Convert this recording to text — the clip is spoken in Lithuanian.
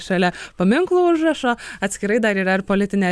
šalia paminklų užrašo atskirai dar yra ir politinė